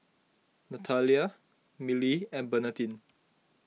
Nathalia Milly and Bernadine